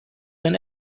and